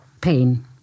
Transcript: pain